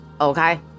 Okay